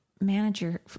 manager